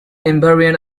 invariant